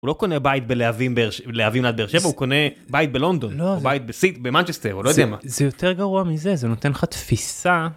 הוא לא קונה בית בלהבים באר שב... להבים עד באר שבע, הוא קונה בית בלונדון או בית בסיט... במנצ'סטר, או לא יודע מה - זה יותר גרוע מזה, זה נותן לך תפיסה...